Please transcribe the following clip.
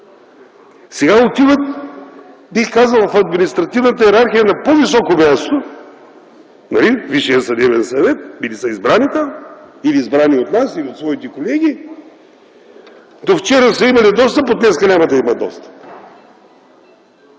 сега отиват, бих казал в административната йерархия на по-високо място – Висшия съдебен съвет, били са избрани там или избрани от нас, или от своите колеги, до вчера са имали достъп, пък днеска няма да имат достъп.